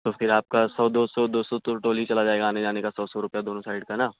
تو پھر آپ کا سو دو سو دو سو تو ٹول ہی چلا جائے گا آنے جانے کا سو سو روپیہ دونوں سائڈ کا نا